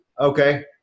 Okay